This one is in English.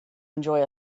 enjoy